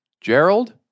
Gerald